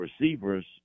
receivers